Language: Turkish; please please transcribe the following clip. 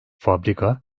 fabrika